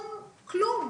שום כלום,